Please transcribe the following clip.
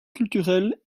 culturelle